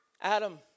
Adam